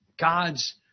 God's